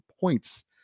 points